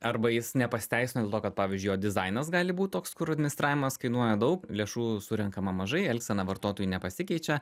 arba jis nepasiteisino kad pavyzdžiui jo dizainas gali būt toks kur administravimas kainuoja daug lėšų surenkama mažai elgsena vartotojų nepasikeičia